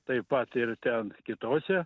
taip pat ir ten kitose